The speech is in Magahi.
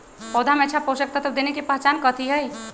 पौधा में अच्छा पोषक तत्व देवे के पहचान कथी हई?